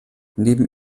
neben